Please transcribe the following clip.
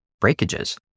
breakages